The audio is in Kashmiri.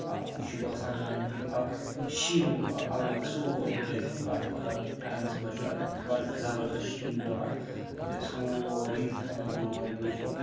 مےٚ چھُ باسان زَن تہِ اَکھ شیٖنو علاقہٕ سورُے کیازِ کہِ اَتھ ٹایمَس منٛز چھُ اَتہِ بَڑٕ زَبردَس شیٖن پیوان تہٕہِ سورُے گُلمرگ یُس چھُ